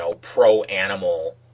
pro-animal